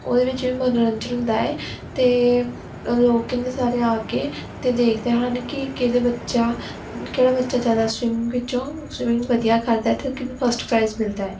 ਉਹਦੇ ਵਿੱਚ ਵੀ ਮਨੋਰੰਜਨ ਹੁੰਦਾ ਹੈ ਅਤੇ ਅ ਲੋਕ ਕਿੰਨੇ ਸਾਰੇ ਆ ਕੇ ਅਤੇ ਦੇਖਦੇ ਹਨ ਕਿ ਕਿਹਦੇ ਬੱਚਾ ਕਿਹੜਾ ਬੱਚਾ ਜ਼ਿਆਦਾ ਸਵਿਮਿੰਗ ਵਿੱਚੋਂ ਸਵੀਮਿੰਗ ਵਧੀਆ ਕਰਦਾ ਅਤੇ ਕਿਹਨੂੰ ਫਸਟ ਪ੍ਰਾਈਜ਼ ਮਿਲਦਾ ਹੈ